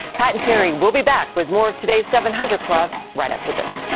pat and terry will be back with more of today's seven hundred club right after this.